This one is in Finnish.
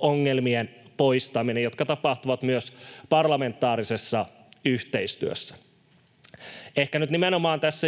ongelmien poistaminen, mikä tapahtuu myös parlamentaarisessa yhteistyössä. Tässä nyt